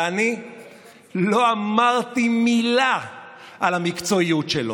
ואני לא אמרתי מילה על המקצועיות שלו.